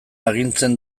agintzen